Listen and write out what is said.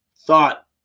thought